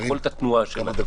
ביכולת התנועה שלה,